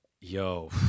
Yo